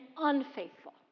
unfaithful